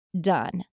done